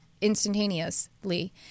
instantaneously